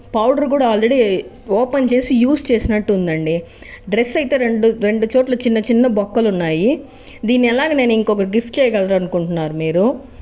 powder కూడా already open చేసి use చేసినట్టు ఉందండి డ్రెస్ అయితే రెండు రెండు చోట్ల చిన్న చిన్న బొక్కలు ఉన్నాయి దీన్ని ఎలాగా ఇంకొకరికి గిఫ్ట్ చేయగలనని అనుకుంటున్నారు మీరు